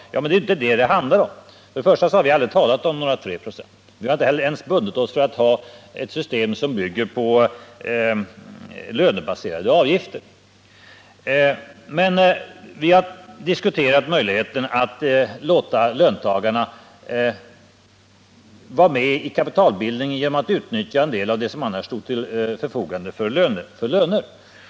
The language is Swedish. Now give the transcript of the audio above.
Men det är ju inte det som det handlar om. För det första har vi aldrig taiat om några 3 96. För det andra har vi inte ens bundit oss för att ha ett system som bygger på lönebaserade avgifter. Men vi har diskuterat möjligheten att låta löntagarna vara med i kapitalbildningen, genom att man utnyttjar en del av det som annars står till förfogande för löner.